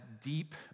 deep